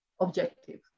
objective